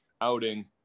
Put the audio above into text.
outing